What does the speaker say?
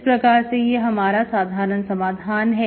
इस प्रकार से यह हमारा साधारण समाधान है